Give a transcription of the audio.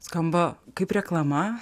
skamba kaip reklama